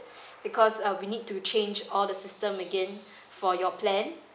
because uh we need to change all the system again for your plan